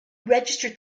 registered